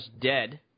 dead